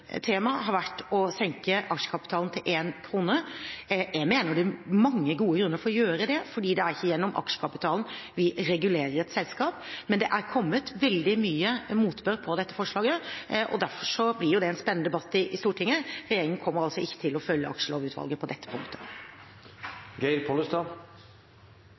har vært å senke aksjekapitalen til 1 kr. Jeg mener det er mange gode grunner for å gjøre det, for det er ikke gjennom aksjekapitalen vi regulerer et selskap. Men dette forslaget har fått veldig mye motbør, derfor blir det en spennende debatt i Stortinget. Regjeringen kommer ikke til å følge Aksjelovutvalget på dette punktet. Geir Pollestad